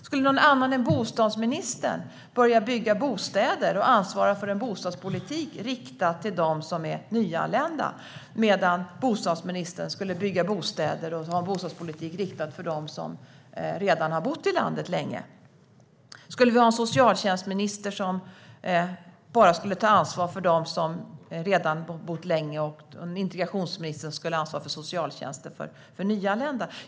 Skulle någon annan än bostadsministern börja bygga bostäder och ansvara för en bostadspolitik riktad till dem som är nyanlända, medan bostadsministern skulle bygga bostäder och ha en bostadspolitik riktad mot dem som redan bott i landet länge? Skulle vi ha en socialtjänstminister som bara skulle ta ansvar för dem som redan bott länge här och en integrationsminister som skulle ha ansvar för socialtjänst för nyanlända?